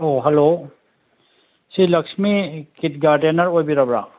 ꯑꯣ ꯍꯜꯂꯣ ꯁꯤ ꯂꯛꯁꯃꯤ ꯀꯤꯠ ꯒꯥꯔꯗꯦꯟꯅꯔ ꯑꯣꯏꯕꯤꯔꯕ꯭ꯔꯥ